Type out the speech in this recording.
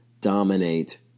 dominate